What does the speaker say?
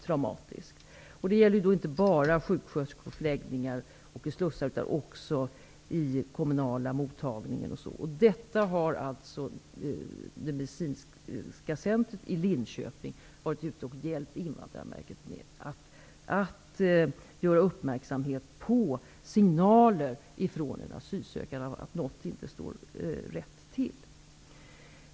Detta gäller inte bara sjuksköterskor på förläggningar och slussar, utan också vid kommunala mottagningar etc. Medicinskt centrum i Linköping har hjälpt Invandrarverket att rikta uppärksamhet på asylsökandes signaler om att något inte står rätt till.